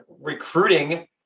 recruiting